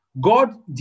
God